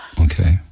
Okay